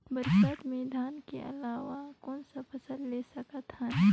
बरसात मे धान के अलावा कौन फसल ले सकत हन?